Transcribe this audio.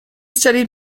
studied